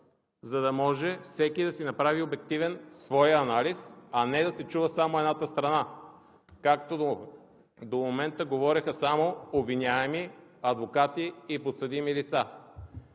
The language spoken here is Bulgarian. за да може всеки да си направи свой обективен анализ, а не да се чува само едната страна, както до момента говореха само обвиняеми, адвокати и подсъдими лица.